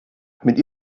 mit